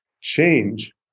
change